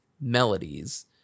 melodies